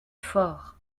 fort